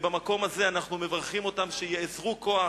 במקום הזה אנחנו מברכים אותם שיאזרו כוח